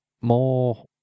more